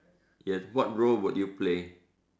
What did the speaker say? yes what role would you play